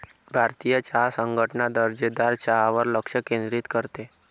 भारतीय चहा संघटना दर्जेदार चहावर लक्ष केंद्रित करते